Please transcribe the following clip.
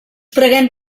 preguem